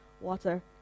water